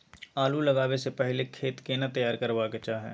आलू लगाबै स पहिले खेत केना तैयार करबा के चाहय?